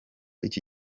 iki